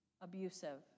abusive